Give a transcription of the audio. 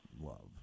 love